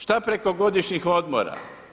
Šta preko godišnjih odmora?